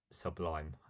sublime